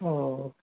ओ